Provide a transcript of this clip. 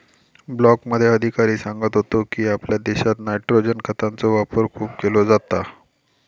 ब्लॉकमध्ये अधिकारी सांगत होतो की, आपल्या देशात नायट्रोजन खतांचो वापर खूप केलो जाता